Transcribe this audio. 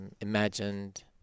imagined